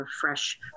fresh